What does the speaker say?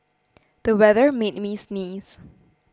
the weather made me sneeze